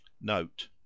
Note